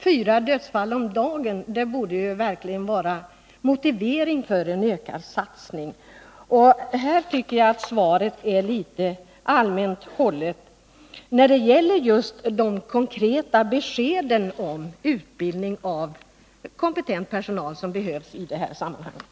Fyra dödsfall om dagen borde verkligen vara motivering för en ökad satsning, och jag tycker att svaret är litet allmänt hållet just när det gäller de konkreta beskeden om utbildning av kompetent personal, som behövs i det här sammanhanget.